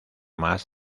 más